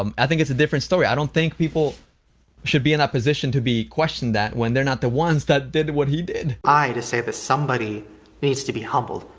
um i think it's different story. i don't think people should be in a position to be questioned that when they're not the ones that did what he did. i to say that somebody needs to be humbled.